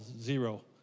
Zero